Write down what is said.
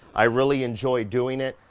i really enjoy doing it.